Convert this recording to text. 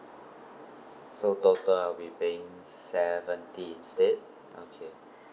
so total I will be paying seventy instead okay